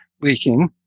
leaking